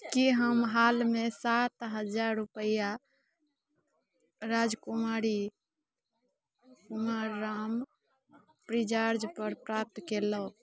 कि हम हालमे सात हजार रुपैआ राजकुमारी कुमार राम फ्री चार्जपर प्राप्त केलहुँ